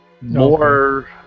more